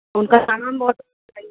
तो उनका नाम और बताइए